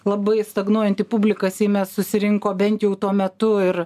labai stagnuojanti publika seime susirinko bent jau tuo metu ir